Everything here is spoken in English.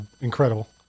incredible